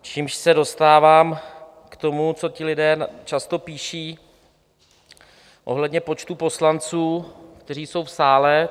Čímž se dostávám k tomu, co ti lidé často píší ohledně počtu poslanců, kteří jsou v sále.